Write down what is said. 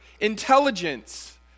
intelligence